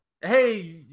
hey